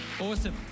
Awesome